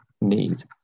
need